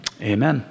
amen